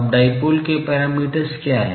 अब डाइपोल के पैरामीटर्स क्या हैं